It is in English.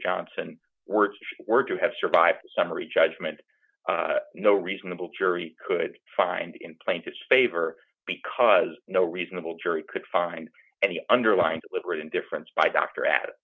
johnson were were to have survived summary judgment no reasonable jury could find him plaintiffs favor because no reasonable jury could find any underlying deliberate indifference by doctor at